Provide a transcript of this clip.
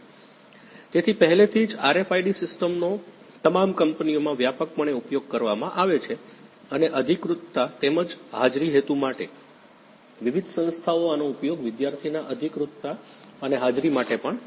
તેથી પહેલેથી જ RFID સિસ્ટમ્સનો તમામ કંપનીઓમાં વ્યાપકપણે ઉપયોગ કરવામાં આવે છે અને અધિકૃતતા તેમજ હાજરી હેતુ માટે વિવિધ સંસ્થાઓ આનો ઉપયોગ વિદ્યાર્થીના અધિકૃતતા અને હાજરી માટે પણ કરે છે